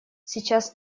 сейчас